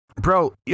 Bro